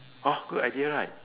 hor good idea right